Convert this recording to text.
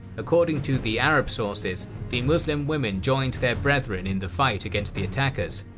according to the arab sources the muslim women joined their brethren in the fight against the attackers.